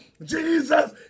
Jesus